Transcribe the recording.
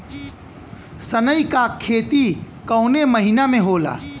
सनई का खेती कवने महीना में होला?